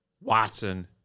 Watson